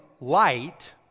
light